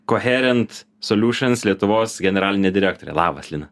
koherent soliūšins lietuvos generalinė direktorė labas lina